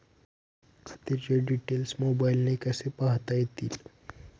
खात्याचे डिटेल्स मोबाईलने कसे पाहता येतील?